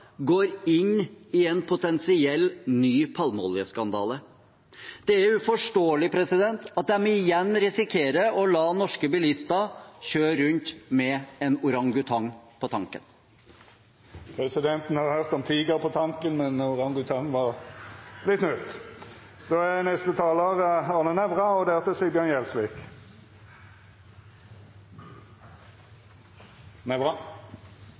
går inn i en potensiell ny palmeoljeskandale. Det er uforståelig at de igjen risikerer å la norske bilister kjøre rundt med en orangutang på tanken. Presidenten har høyrt om tiger på tanken, men orangutang var